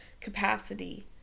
capacity